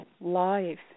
life